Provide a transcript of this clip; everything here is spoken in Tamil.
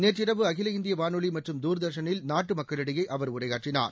நேற்றிரவு அகில இந்திய வானொலி மற்றும் தூர்தர்ஷனில் நாட்டு மக்களிடையே அவர் உரையாற்றினார்